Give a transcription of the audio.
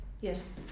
Yes